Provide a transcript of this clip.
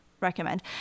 recommend